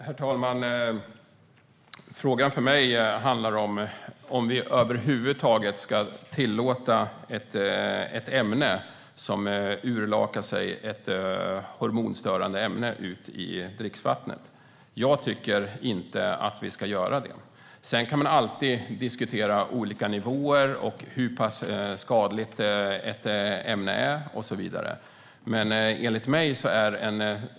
Herr talman! För mig gäller frågan om vi över huvud taget ska tillåta något som utsöndrar ett hormonstörande ämne ut i dricksvattnet. Jag tycker inte att vi ska göra det. Sedan kan man alltid diskutera olika nivåer och precis hur skadligt ett ämne är.